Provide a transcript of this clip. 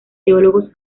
teólogos